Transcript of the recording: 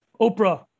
Oprah